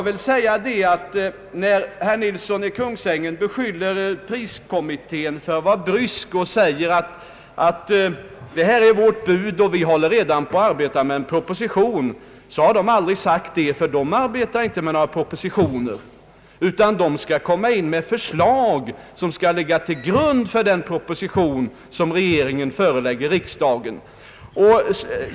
Herr Nilsson i Kungsängen beskyller priskommittén för att ha uppträtt bryskt och för att den skulle ha sagt att detta är vårt bud, och vi håller redan på att arbeta med en proposition. Så har kommittén aldrig sagt. Den arbetar ju inte alls med någon proposition, utan den skall komma in med ett förslag som skall ligga till grund för den proposition som regeringen förelägger riksdagen.